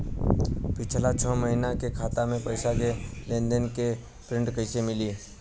पिछला छह महीना के खाता के पइसा के लेन देन के प्रींट कइसे मिली?